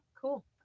cool